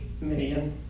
million